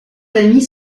amis